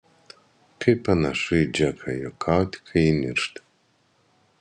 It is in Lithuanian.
kaip panašu į džeką juokauti kai ji niršta